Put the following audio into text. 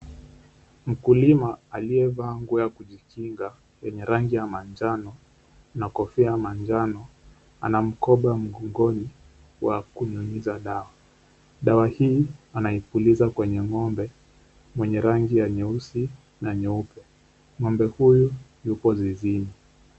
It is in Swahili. Mkulima aliyevaa nguo ya kujikinga yenye rangi ya manjano na kofia ya manjano ana mkoba mgongoni wa kunyunyiza dawa ,dawa hii anaipuliza kwenye ng'ombe mwenye rangi ya nyeusi na nyeupe ,ng'ombe huyu yupo zizini.